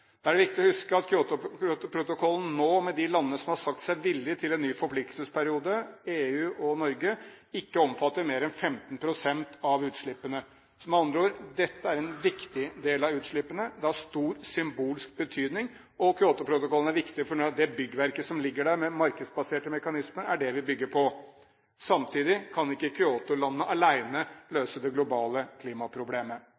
Da er det viktig å huske at Kyotoprotokollen nå – med de landene som har sagt seg villig til en ny forpliktelsesperiode, EU og Norge – ikke omfatter mer enn 15 pst. av utslippene. Med andre ord: Dette er en viktig del av utslippene, det har stor symbolsk betydning. Kyotoprotokollen er viktig på grunn av at det byggverket som ligger der, med markedsbaserte mekanismer, er det vi bygger på. Samtidig kan ikke